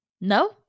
no